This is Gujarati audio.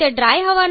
92 m3kg છે